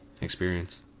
experience